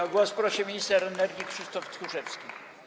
O głos prosi minister energii Krzysztof Tchórzewski.